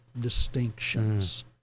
distinctions